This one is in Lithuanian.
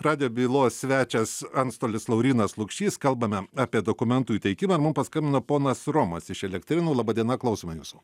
radijo bylos svečias antstolis laurynas lukšys kalbame apie dokumentų įteikimą mum paskambino ponas romas iš elektrėnų laba diena klausome jūsų